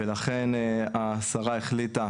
ולכן השרה החליטה,